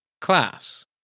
class